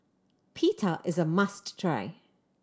pita is a must try